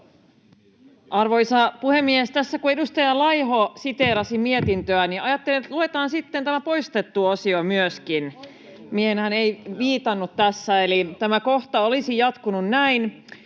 Arvoisa puhemies! Tässä kun edustaja Laiho siteerasi mietintöä, niin ajattelin, että luetaan sitten tämä poistettu osio myöskin, mihin hän ei viitannut tässä. Eli tämä kohta olisi jatkunut näin: